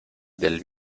del